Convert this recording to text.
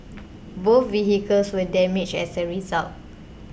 both vehicles were damaged as a result